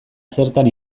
zertan